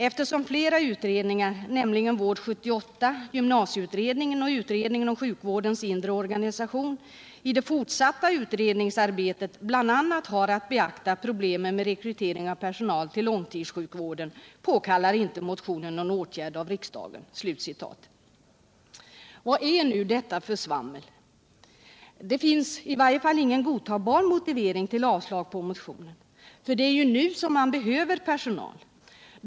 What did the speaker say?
Eftersom flera utredningen, nämligen VÅRD 77, gymnasieutredningen och utredningen om sjukvårdens inre organisation, i det fortsatta utredningsarbetet bl.a. har att beakta problemen med rekrytering av personal till långtidssjukvården påkallar inte motionen 1977/78:374 någon åtgärd av riksdagen.” Vad är nu detta för svammel? Det finns i varje fall ingen godtagbar motivering till avslag på motionen. Det är ju nu man behöver personal.